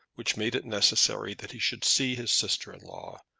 which made it necessary that he should see his sister-in-law,